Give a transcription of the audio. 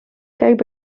käib